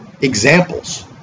examples